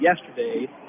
yesterday